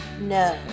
no